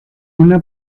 una